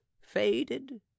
faded